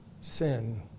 sin